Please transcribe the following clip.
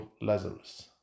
Lazarus